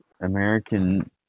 American